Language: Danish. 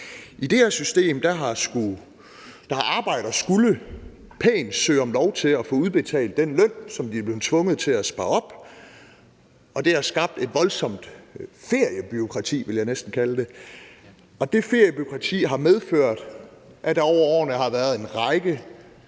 I det her system har arbejdere pænt skullet søge om lov til at få udbetalt den løn, som de er blevet tvunget til at spare op, og det har skabt et voldsomt feriebureaukrati, vil jeg næsten kalde det, og det feriebureaukrati har medført, at der over årene har været en række